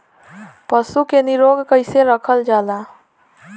पशु के निरोग कईसे रखल जाला?